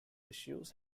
issues